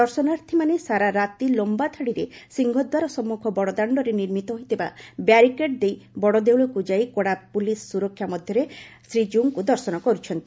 ଦର୍ଶନାର୍ଥୀମାନେ ସାରା ରାତି ଲମ୍ୟା ଧାଡିରେ ସିଂହଦ୍ୱାର ସମ୍ମୁଖ ବଡଦାଣରେ ନିର୍ମିତ ହୋଇଥିବା ବ୍ୟାରିକେଡ୍ ଦେଇ ବଡଦେଉଳକୁ ଯାଇ କଡା ପୁଲିସ ସୁରକ୍ଷା ମଧ୍ଧରେ ଯାଇ ଶ୍ରୀଜୀଉମାନଙ୍କୁ ଦର୍ଶନ କରୁଛନ୍ତି